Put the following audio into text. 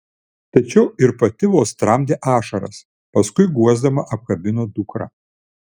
tačiau ir pati vos tramdė ašaras paskui guosdama apkabino dukrą